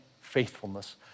faithfulness